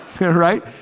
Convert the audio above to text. Right